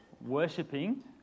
worshipping